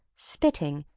spitting,